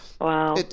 Wow